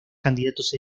candidatos